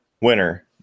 winner